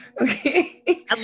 okay